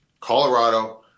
Colorado